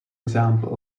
example